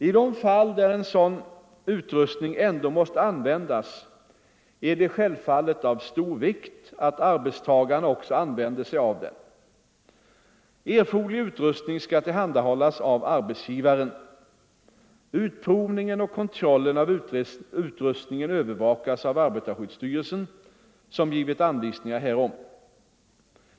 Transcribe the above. I de fall där sådan utrustning ändå måste användas är det självfallet av stor vikt att arbetstagarna också använder sig av den. Erforderlig utrustning skall tillhandahållas av arbetsgivaren. Utprovningen och kontrollen av utrustningen övervakas av arbetarskyddsstyrelsen, som givit anvisningar härom.